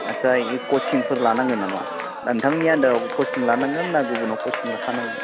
आटसा कचिंफोर लानांगोन नामा नोंथांनि आन्डाराव कचिं लानांगोन ना गुबुननाव कचिं लाखानांगोन